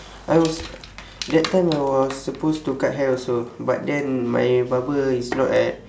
I was that time I was supposed to cut hair also but then my barber is not at